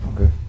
okay